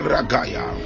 Ragaya